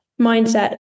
mindset